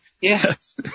Yes